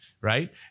right